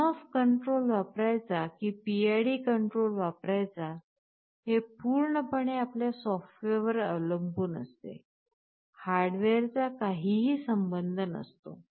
on off control वापरायचा कि PID control वापरायचा हे पूर्णपणे आपल्या सॉफ्टवेअरवर अवलंबून आहे हार्डवेअरचा काहीही संबंध नसतो